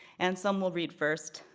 anselm will read first,